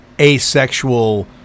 asexual